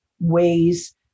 ways